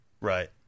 Right